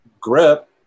grip